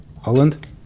Holland